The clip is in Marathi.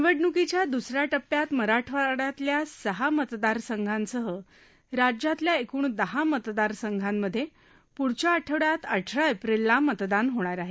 निवडणकीच्या दुसऱ्या टप्प्यात मराठवाड्यातल्या सहा मतदार संघांसह राज्यातल्या एकृण दहा मतदार संघांमध्ये पुढच्या आठवड्यात अठरा एप्रिलला मतदान होणार आहे